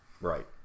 Right